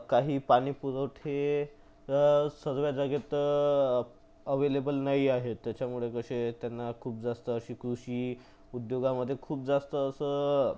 काही पाणी पुरवठे या सर्व जागेत अवेलेबल नाही आहे त्याच्यामुळे कसे त्यांना खूप जास्त असं कृषी उद्योगामधे खूप जास्त असं